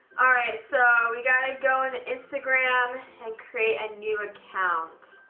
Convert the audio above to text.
all right, so we gotta go into instagram and create a new account.